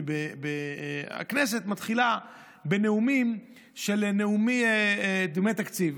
הכנסת מתחילה בנאומים של דיוני התקציב.